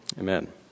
Amen